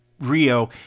Rio